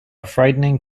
frightening